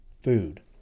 food